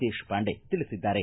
ದೇಶಪಾಂಡೆ ತಿಳಿಸಿದ್ದಾರೆ